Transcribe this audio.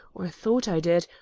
or thought i did,